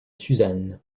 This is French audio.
suzanne